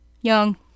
Young